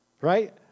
right